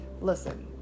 listen